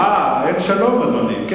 אה, אין שלום, אדוני.